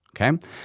okay